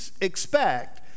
expect